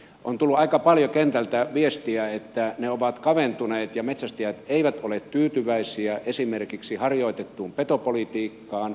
on tullut aika paljon kentältä viestiä että ne ovat kaventuneet ja metsästäjät eivät ole tyytyväisiä esimerkiksi harjoitettuun petopolitiikkaan